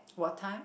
what time